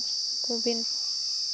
Gobin